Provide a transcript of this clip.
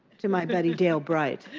to my buddy dale bryce.